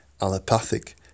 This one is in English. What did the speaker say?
allopathic